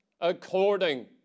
according